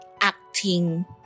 acting